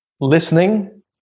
listening